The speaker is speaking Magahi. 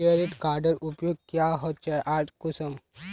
क्रेडिट कार्डेर उपयोग क्याँ होचे आर कुंसम?